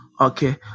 okay